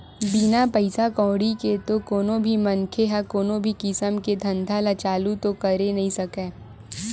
बिना पइसा कउड़ी के तो कोनो भी मनखे ह कोनो भी किसम के धंधा ल चालू तो करे नइ सकय